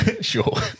Sure